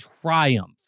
triumph